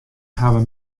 hawwe